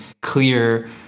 clear